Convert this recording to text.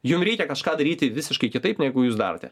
jum reikia kažką daryti visiškai kitaip negu jūs darote